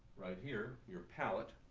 right here, your palate.